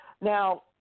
Now